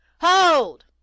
Hold